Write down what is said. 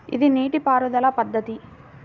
ఇది నీటిపారుదల పద్ధతి